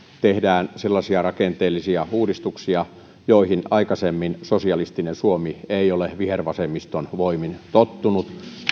tehdään sellaisia rakenteellisia uudistuksia joihin aikaisemmin sosialistinen suomi ei ole vihervasemmiston voimin tottunut